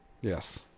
Yes